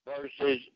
versus